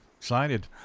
Excited